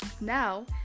now